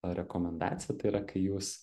a rekomendacija tai yra kai jūs